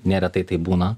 neretai taip būna